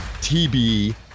TB